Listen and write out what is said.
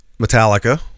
Metallica